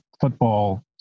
football